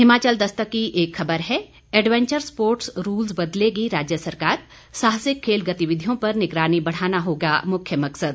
हिमाचल दस्तक की एक खबर है एडवेंचर स्पोर्ट्स रूल्स बदलेगी राज्य सरकार साहसिक खेल गतिविधयों पर निगरानी बढ़ाना होगा मुख्य मकसद